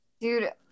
Dude